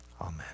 Amen